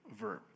verb